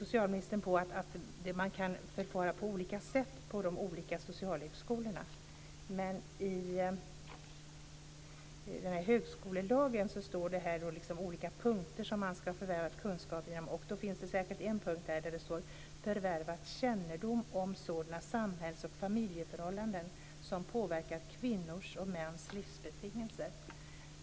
Socialministern hänvisade till att man kan förfara på olika sätt på de olika socialhögskolorna, men i högskolelagen anges olika punkter som man ska ha förvärvat kunskap om. Jag vill särskilt peka på en punkt där det handlar om att man ska ha förvärvat kännedom om sådana samhälls och familjeförhållanden som påverkar kvinnors och mäns livsbetingelser.